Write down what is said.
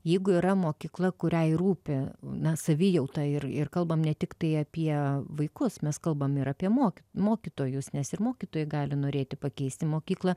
jeigu yra mokykla kuriai rūpi na savijauta ir ir kalbam ne tiktai apie vaikus mes kalbam ir apie mok mokytojus nes ir mokytojai gali norėti pakeisti mokyklą